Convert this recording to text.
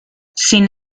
sin